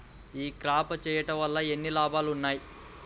ఈ క్రాప చేయుట వల్ల ఎన్ని లాభాలు ఉన్నాయి?